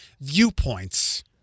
viewpoints